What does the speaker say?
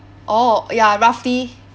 orh ya roughly